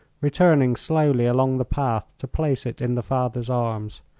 returning slowly along the path to place it in the father's arms.